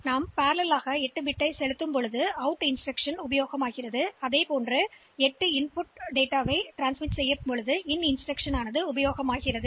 எனவே 8 பிட் வெளியீடுகளுக்கான இணையான வெளியீட்டிற்கு நாம் 8 பிட் அவுட் இன்ஸ்டிரக்ஷன் மற்றும் 8 பிட் உள்ளீட்டிற்கான இன் வழிமுறைகளைப் பயன்படுத்தலாம்